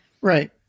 Right